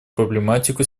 проблематику